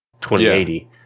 2080